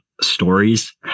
stories